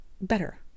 better